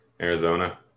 Arizona